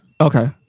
okay